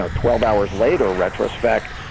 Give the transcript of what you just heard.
ah twelve hours later, retrospect,